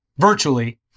Virtually